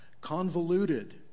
convoluted